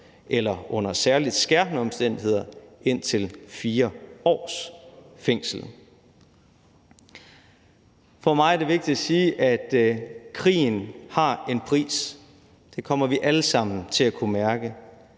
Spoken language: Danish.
eller under særlig skærpende omstændigheder indtil 4 år. For mig er det vigtigt at sige, at krigen har en pris. Det kommer vi alle sammen til at kunne mærke.